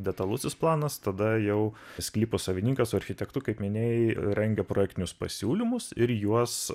detalusis planas tada jau sklypo savininkas su architektu kaip minėjai rengia projektinius pasiūlymus ir juos